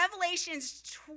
Revelations